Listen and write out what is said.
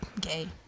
gay